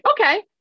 okay